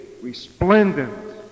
resplendent